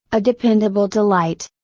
a dependable delight.